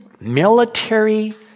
military